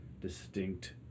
distinct